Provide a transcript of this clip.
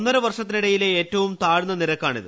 ഒന്നര വർഷത്തിനിടയിലെ ഏറ്റവും താഴ്ന്ന നിരക്കാണിത്